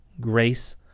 Grace